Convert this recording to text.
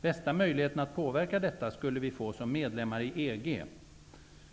Bästa möjligheten att påverka detta skulle vi få som medlemmar i EG.